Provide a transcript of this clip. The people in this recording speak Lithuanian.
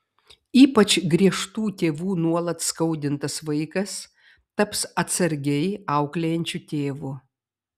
ypač griežtų tėvų nuolat skaudintas vaikas taps atsargiai auklėjančiu tėvu